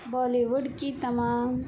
بالی would کی تمام